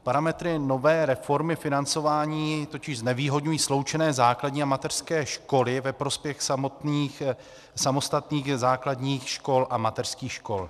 Parametry nové reformy financování totiž znevýhodňují sloučené základní a mateřské školy ve prospěch samostatných základních škol a mateřských škol.